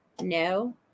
no